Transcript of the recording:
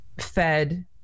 fed